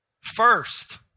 First